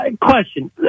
Question